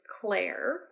Claire